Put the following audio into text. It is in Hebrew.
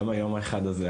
גם היום האחד הזה,